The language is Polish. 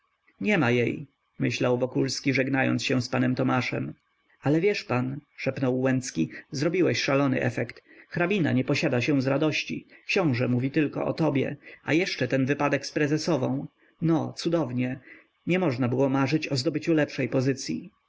zaczynajmy niema jej myślał wokulski żegnając się z panem tomaszem ale wiesz pan szepnął łęcki zrobiłeś szalony efekt hrabina nie posiada się z radości książe mówi tylko o tobie a jeszcze ten wypadek z prezesową no cudownie nie można było marzyć o zdobyciu lepszej pozycyi